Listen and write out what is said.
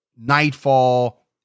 nightfall